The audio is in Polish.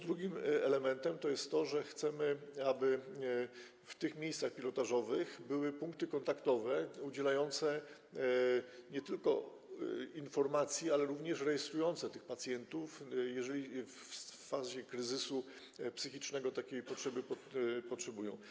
Drugim elementem jest to, że chcemy, aby w tych miejscach pilotażowych były punkty kontaktowe udzielające nie tylko informacji, ale również rejestrujące pacjentów, jeżeli w fazie kryzysu psychicznego jest taka potrzeba.